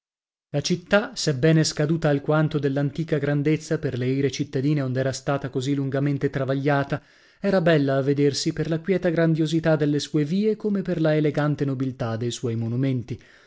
la città sebbene scaduta alquanto dell'antica grandezza per le ire cittadine ond'era stata così lungamente travagliata era bella a vedersi per la quieta grandiosità delle sue vie come per la elegante nobiltà de suoi monumenti